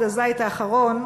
עד הזית האחרון.